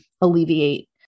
alleviate